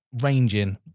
Ranging